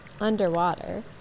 underwater